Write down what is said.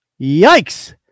Yikes